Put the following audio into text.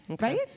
Right